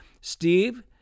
Steve